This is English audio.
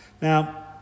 Now